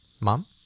Mom